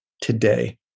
today